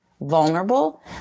vulnerable